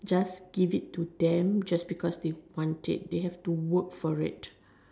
just give it to them just because they want it they have to work for it